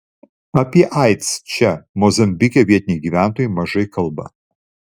apie aids čia mozambike vietiniai gyventojai mažai kalba